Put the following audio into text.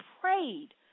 prayed